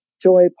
joy